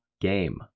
game